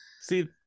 See